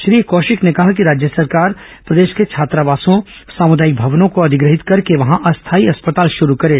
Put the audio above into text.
श्री कौशिक ने कहा कि राज्य सरकार प्रदेश के छात्रावासों सामुदायिक भवनों को अधिग्रहित करके वहां अस्थायी अस्पताल शुरू करे